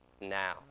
now